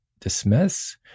dismiss